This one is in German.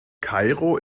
kairo